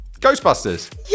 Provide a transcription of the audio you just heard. Ghostbusters